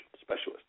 specialist